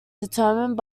determined